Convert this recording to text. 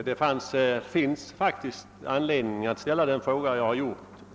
Herr talman! Det finns faktiskt anledning att fråga som jag har gjort.